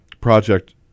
project